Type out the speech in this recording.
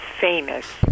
famous